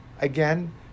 again